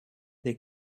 they